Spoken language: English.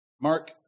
Mark